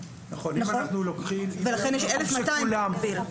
לכן יש 1,200 נכון.